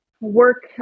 work